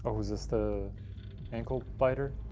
oh, is this the ankle biter?